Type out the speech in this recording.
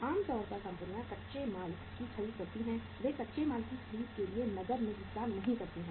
आम तौर पर कंपनियां कच्चे माल की खरीद करती हैं वे कच्चे माल की खरीद के लिए नकद में भुगतान नहीं करती हैं